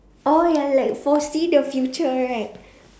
oh ya like forsee the future right